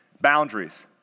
boundaries